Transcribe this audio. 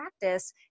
practice